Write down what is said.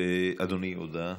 אדוני, הודעה